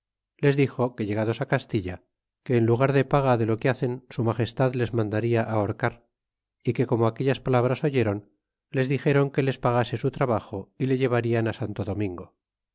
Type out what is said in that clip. les dio que llegados castilla que en lugar de paga de lo que hacen su magestad les mandarla ahorcar y como aquellas palabras oyeron les dixeron que les pagase su trabajo y le llevarían santo domingo